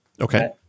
Okay